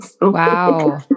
Wow